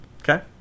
Okay